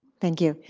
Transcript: thank you.